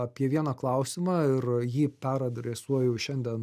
apie vieną klausimą ir jį peradresuoju šiandien